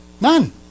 None